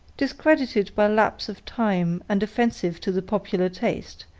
discredited by lapse of time and offensive to the popular taste,